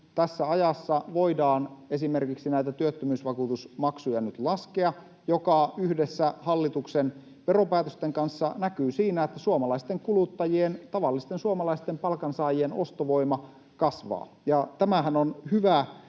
tässä ajassa voidaan esimerkiksi näitä työttömyysvakuutusmaksuja nyt laskea, mikä yhdessä hallituksen veropäätösten kanssa näkyy siinä, että suomalaisten kuluttajien, tavallisten suomalaisten palkansaajien, ostovoima kasvaa. Tämähän on hyvä